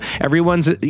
Everyone's